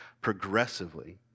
progressively